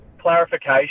clarification